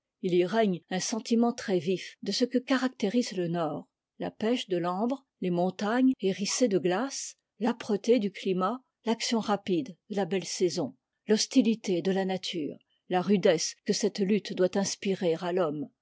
il y règne un sentiment très vif de ce qui caractérise le nord la pêche de l'ambre les montagnes hérissées de g ace tâpreté du climat l'action rapide de la belle saison thosti ité de ia nature la rudesse que cette lutte doit inspirer à l'homme